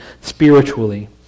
spiritually